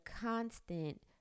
constant